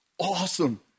Awesome